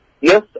Yes